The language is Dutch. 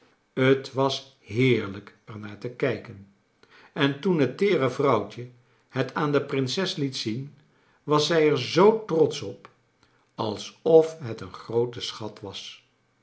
t was heerlijk er naar te kijken en toen het teere vrouwtje het aan de prinses liet zien was zij er zoo trotsch op alsof het een groote schat was